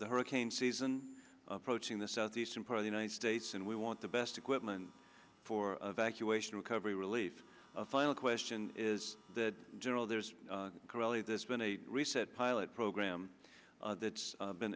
the hurricane season approaching the southeastern part of the united states and we want the best equipment for evacuation recovery relief a final question is that general there's really this been a reset pilot program that's been